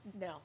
No